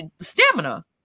stamina